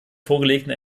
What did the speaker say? vorgelegten